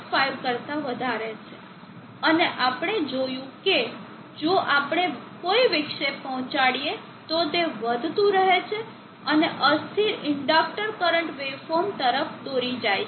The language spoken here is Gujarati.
5 કરતા વધારે છે અને આપણે જોયું છે કે જો આપણે કોઈ વિક્ષેપ પહોંચાડીએ તો તે વધતું રહે છે અને અસ્થિર ઇન્ડક્ટર કરંટ વેવફોર્મ તરફ દોરી જાય છે